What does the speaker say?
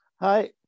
Hi